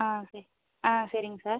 ஆ சரி ஆ சரிங்க சார்